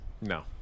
No